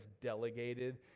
delegated